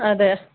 അതെ